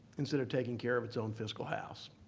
instead of taking care of its own fiscal house.